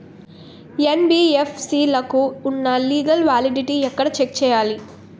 NBFC లకు ఉన్నా legal validity ఎక్కడ చెక్ చేయాలి?